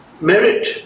merit